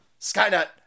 Skynet